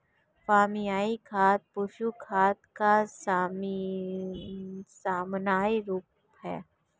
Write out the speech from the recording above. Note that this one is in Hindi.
फार्म यार्ड खाद पशु खाद का सामान्य रूप है